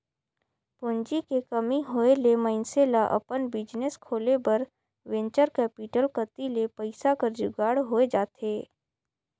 पूंजी के कमी होय ले मइनसे ल अपन बिजनेस खोले बर वेंचर कैपिटल कती ले पइसा कर जुगाड़ होए जाथे